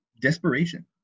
Desperation